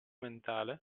mentale